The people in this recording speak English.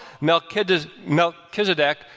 Melchizedek